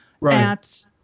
Right